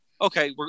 Okay